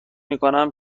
میکنم